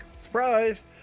Surprise